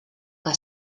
que